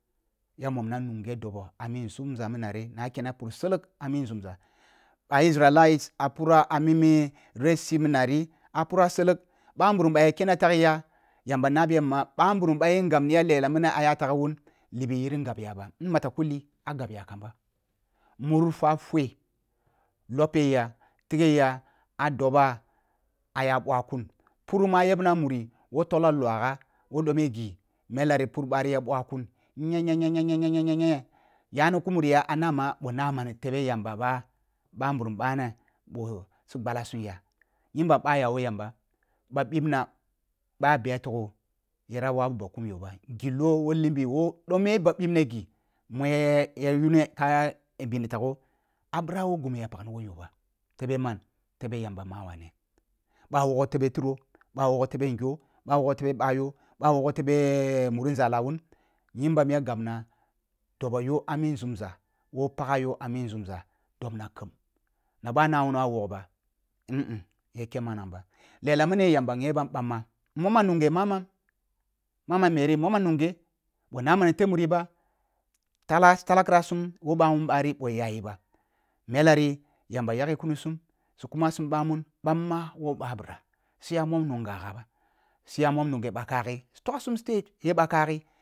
Ya momna nughe dobo ah mi nzumza min nari na kyena pur selek ami nzumza ba isrealite a pura ah mi mi red sea min na ri ah pura selek ɓa nburum ba ja kena teghi ya yamba na biya ma ɓanburum ba yin gabni ya mini lela aya tagha wun libi yirin gabya ba ni mata kuli ah gabya ɓa mur fa fine lope yah tighe ya ah doba aya nua kun pur mu a yebna ah muri woh tolo luah’a woh dome ghi mela ri pur bari ya bula ƙun yaru kuni ya ah na ma boh ni tabe yamba ba ɓanburum ba na boh su gbala sum ya nyimbam ɓa aya wo yamba ɓa bibna boh ah biya fogho yara wama ba ƙun yoa ba gillo woh limbi woh dome ba ɓibne ghi mu ya—ya yuni ka bini fagho a bira wonghi ya pagni woh yoh ba febe man tebi yamba mah ulane ba woghe tere firo ɓah wogho tebe ngyo ba wogho tebe ɓah yoh ɓoh wogho tebe muri nzala wun nyimbam ya gabna dobo yo ah mi nzuuza woh pagha yoh ami azunza dobna khem na ɓah na wuni ah wagh ba ya kyen manang ba lela mini yamba ngye bam ɓamma nmimam nunghe mamam-mamam muri nmomam nughe bh na ma ni teh mun ba tala-tala kirasum woh bamun bari boh yaji ba mele ri yamba yaghe kuna sum su kuma sum bamun ɓamma ulo ɓabira siya mum nunghala ba siya nughe bah kaghi su tua sum state ye ba kaghi.